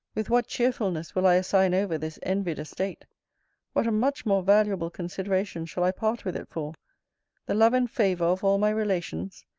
with what cheerfulness will i assign over this envied estate what a much more valuable consideration shall i part with it for the love and favour of all my relations!